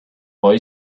boy